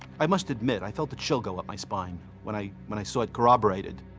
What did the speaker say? i must admit, i felt a chill go up my spine when i when i saw it corroborated.